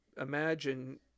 imagine